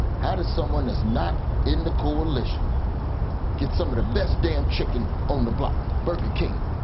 how does someone that's not in the coalition get some of the best damn chicken on the block, burger king?